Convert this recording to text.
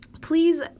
please